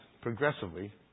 progressively